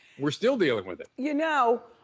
we're still dealing with it. you know,